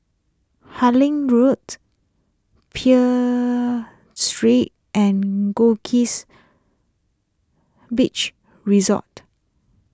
Harding Road peel Street and Goldkist Beach Resort